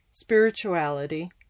spirituality